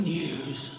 years